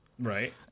Right